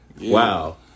Wow